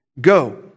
Go